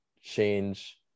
change